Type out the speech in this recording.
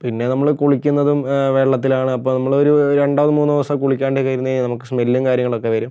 പിന്നെ നമ്മൾ കുളിക്കുന്നതും വെള്ളത്തിലാണ് അപ്പം നമ്മളൊരു രണ്ടോ മൂന്നോ ദിവസം കുളിക്കാണ്ടൊക്കെ ഇരുന്നു കഴിഞ്ഞാൽ നമുക്ക് സ്മെല്ലും കാര്യങ്ങളൊക്കെ വരും